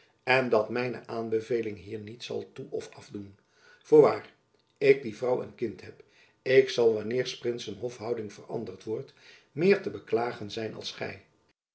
en dat mijne aanbeveling hier niet zal toe of afdoen voorwaar ik die vrouw en kind heb ik zal wanneer s prinsen hofhouding veranderd wordt meer te beklagen zijn dan gy